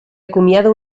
acomiada